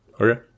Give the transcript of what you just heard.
Okay